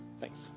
Thanks